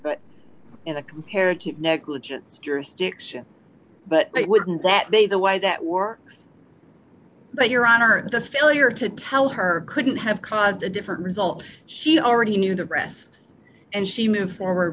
but in a comparative negligence jurisdiction but wouldn't that be the way that works but your honor the failure to tell her couldn't have caused a different result she already knew the rest and she moved forward